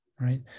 right